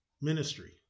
ministry